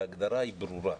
ההגדרה היא ברורה: